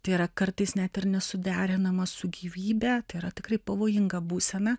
tai yra kartais net ir nesuderinama su gyvybe tai yra tikrai pavojinga būsena